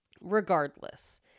regardless